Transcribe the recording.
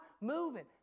moving